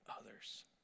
others